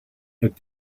had